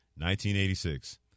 1986